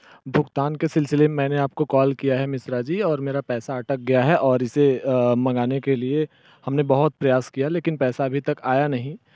भुगतान के सिलसिले मैं आप को कॉल किया है मिश्रा जी और मेरा पैसा अटक गया है और इसे मंगाने के लिए हम ने बहुत प्रयास किया लेकिन पैसा अभी तक आया नहीं